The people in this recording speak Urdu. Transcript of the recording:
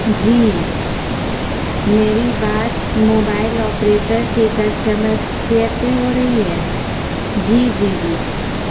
جی میری بات موبائل آپریٹر کے کسٹمرس کیئر سے ہو رہی ہے جی جی جی